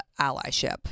allyship